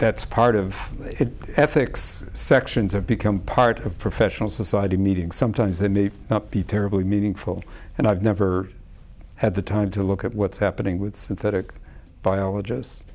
that's part of it ethics sections have become part of professional society meeting sometimes that may not be terribly meaningful and i've never had the time to look at what's happening with synthetic biologist